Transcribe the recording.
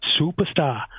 superstar